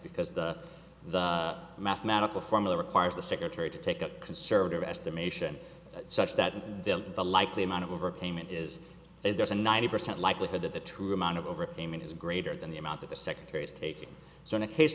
because the mathematical formula requires the secretary to take a conservative estimation such that the likely amount of overpayment is there's a ninety percent likelihood that the true amount of overpayment is greater than the amount that the secretary is taking so in a case